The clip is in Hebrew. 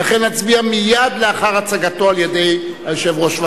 ולכן נצביע מייד לאחר הצגתו על-ידי היושב-ראש.